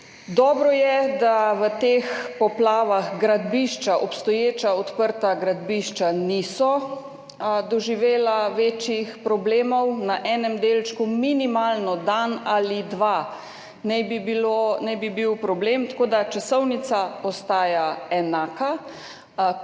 Dobro je, da v teh poplavah gradbišča, obstoječa odprta gradbišča niso doživela večjih problemov. Na enem delčku minimalno, dan ali dva naj bi bil problem, tako da časovnica ostaja enaka.